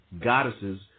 goddesses